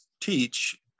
teach